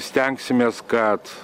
stengsimės kad